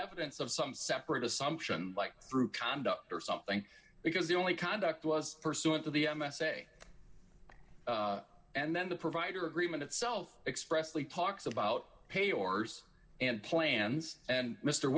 evidence of some separate assumption through conduct or something because the only conduct was pursuant to the m s a and then the provider agreement itself expressly talks about pay orders and plans and mr